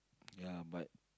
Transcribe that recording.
ya but